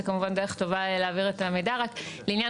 זה כמובן דרך טובה להעביר את המידע אבל לעניין